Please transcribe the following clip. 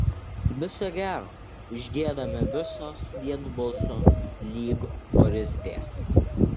viso gero užgiedame visos vienu balsu lyg choristės